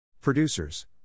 Producers